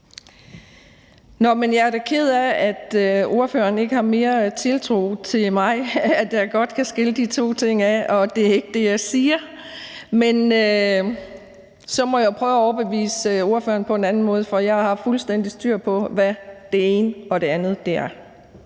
jeg er da ked af, at ordføreren ikke har mere tiltro til mig, i forhold til at jeg godt kan skille de to ting ad. Og det er ikke det, jeg siger. Men så må jeg prøve at overbevise ordføreren på en anden måde, for jeg har fuldstændig styr på, hvad det ene og det andet er.